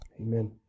Amen